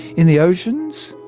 in the oceans,